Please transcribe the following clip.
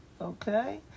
Okay